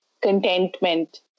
contentment